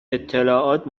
اطلاعات